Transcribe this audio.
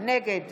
נגד